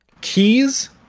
keys